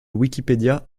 wikipédia